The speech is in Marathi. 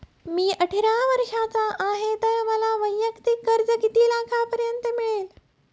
मी अठरा वर्षांचा आहे तर मला वैयक्तिक कर्ज किती लाखांपर्यंत मिळेल?